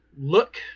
Look